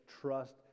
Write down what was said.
trust